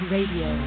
Radio